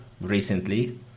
recently